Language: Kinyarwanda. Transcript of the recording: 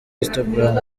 instagram